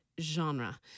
genre